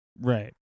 right